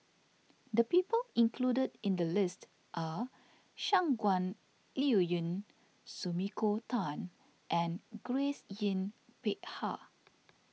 the people included in the list are Shangguan Liuyun Sumiko Tan and Grace Yin Peck Ha